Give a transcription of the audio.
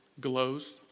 glows